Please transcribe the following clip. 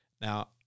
Now